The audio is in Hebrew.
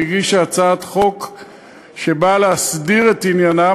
שהגישה הצעת חוק שבאה להסדיר את עניינם.